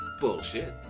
Bullshit